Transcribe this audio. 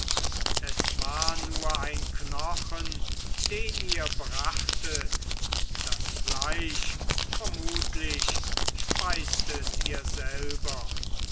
es war nur ein knochen den ihr brachtet das fleisch vermutlich speistet ihr selber